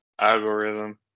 algorithm